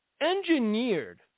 engineered